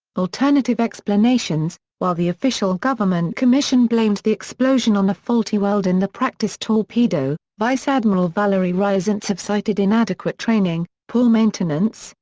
alternative explanations while the official government commission blamed the explosion on a faulty weld in the practice torpedo, vice-admiral valery ryazantsev cited inadequate training, poor maintenance,